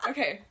Okay